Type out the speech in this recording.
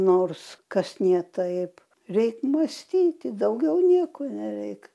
nors kas ne taip reik mąstyti daugiau nieko nereik